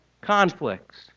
conflicts